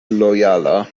lojala